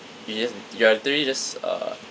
you just you're literally just uh